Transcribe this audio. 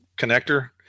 connector